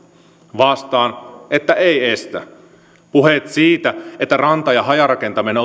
vastaan että ei estä puheet siitä että ranta ja hajarakentaminen